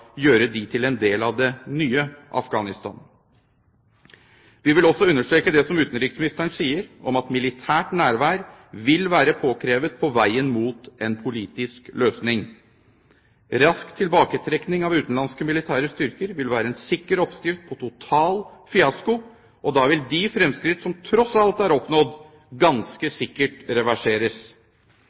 gjøre dem til en del av det nye Afghanistan. Vi vil også understreke det som utenriksministeren sier om at militært nærvær vil være påkrevet på veien mot en politisk løsning. Rask tilbaketrekning av utenlandske militære styrker vil være en sikker oppskrift på total fiasko. Da vil de fremskritt som tross alt er oppnådd, ganske sikkert reverseres.